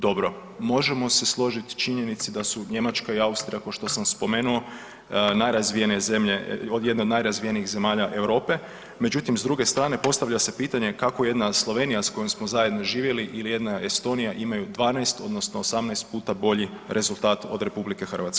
Dobro, možemo se složiti u činjenici da su Njemačka i Austrija ko što sam spomenuo najrazvijenije zemlje, jedne od najrazvijenijih zemalja Europe, međutim s druge strane postavlja se pitanje kako jedna Slovenija s kojom smo zajedno živjeli ili jedna Estonija imaju 12 odnosno 18 puta bolji rezultat od RH.